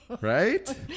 Right